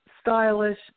stylish